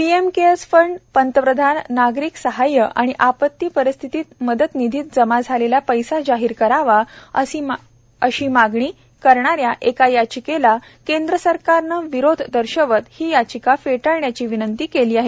PM CARES fund पंतप्रधान नागरिक सहाय्य आणि आपत्ती परिस्थितीत मदत निधीत जमा झालेल्या पैसा जाहीर करावा अशी मागणी करणाऱ्या एका याचिकेला केंद्र सरकारने विरोध दर्शवत ही याचिका फेटाळण्याची विनंती केली आहे